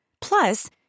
Plus